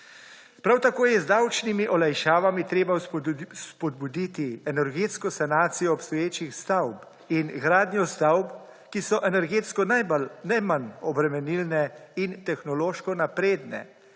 Prav tako je z davčnimi olajšavami treba spodbuditi energetsko sanacijo obstoječih stavb in gradnjo stavb, ki so energetsko najmanj obremenilne in tehnološko napredne,